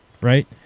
right